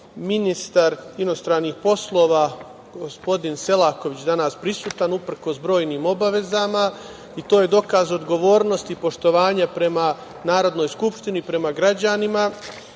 ministar inostranih poslova, gospodin Selaković, danas prisutan, uprkos brojnim obavezama i to je dokaz odgovornosti i poštovanja prema Narodnoj skupštini i prema građanima.